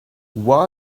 why